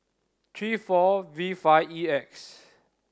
three four V five E X